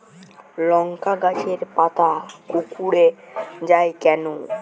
লংকা গাছের পাতা কুকড়ে যায় কেনো?